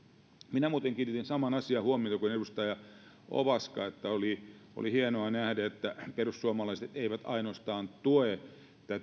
minä muuten kiinnitin samaan asiaan huomiota kuin edustaja ovaska että oli oli hienoa nähdä että perussuomalaiset eivät ainoastaan tue